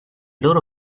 loro